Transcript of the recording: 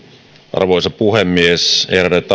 arvoisa puhemies